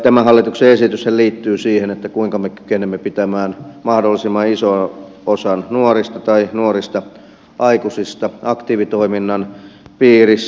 tämä hallituksen esityshän liittyy siihen kuinka me kykenemme pitämään mahdollisimman ison osan nuorista tai nuorista aikuisista aktiivitoiminnan piirissä